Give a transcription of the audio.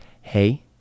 hey